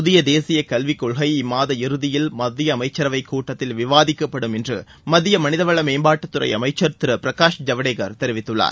புதிய தேசிய கல்விக் கொள்கை இம்மாத இறுதியில் மத்திய அமைச்சரவைக் கூட்டத்தில் விவாதிக்கப்படும் என்றுமத்திய மனிதவள மேம்பாட்டுத்துறை அமைச்சர் திரு பிரகாஷ் ஜவ்டேகர் தெரிவித்துள்ளார்